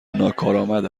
ناکارآمد